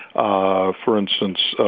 ah for instance,